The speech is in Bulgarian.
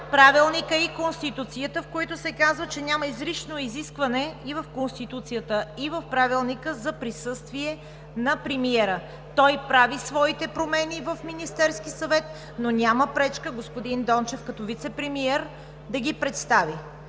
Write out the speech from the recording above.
Правилника и Конституцията, в които се казва, че няма изрично изискване – и в Конституцията, и в Правилника, за присъствие на премиера. Той прави своите промени в Министерския съвет, но няма пречка господин Дончев като вицепремиер да ги представи.